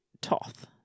Toth